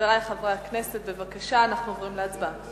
חברי חברי הכנסת, בבקשה, אנחנו עוברים להצבעה.